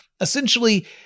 Essentially